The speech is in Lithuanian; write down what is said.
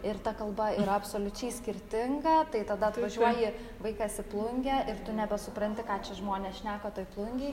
ir ta kalba yra absoliučiai skirtinga tai tada atvažiuoji vaikas į plungę ir tu nebesupranti ką čia žmonės šneka toj plungėj